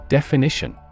Definition